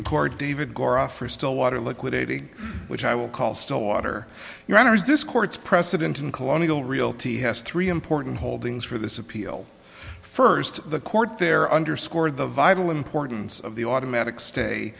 the court david gore off for stillwater liquidity which i will call stillwater your honor is this court's precedent in colonial realty has three important holdings for this appeal first the court there underscored the vital importance of the automatic stay